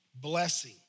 blessing